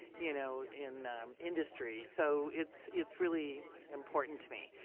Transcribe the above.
you know, in industry. so it's it's really important to me.